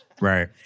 Right